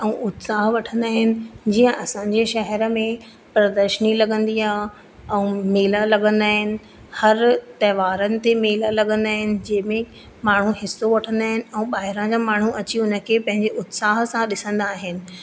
ऐं उत्साह वठंदा आहिनि जीअं असांजे शहर में प्रदर्शनी लॻंदी आहे ऐं मेला लॻंदा आहिनि हर तहिंवारनि ते मेला लॻंदा आहिनि जंहिंमें माण्हू हिसो वठंदा आहिनि ऐं ॿाहिरां जा माण्हू हुन खे अची पंहिंजे उत्साह सां ॾिसंदा आहिनि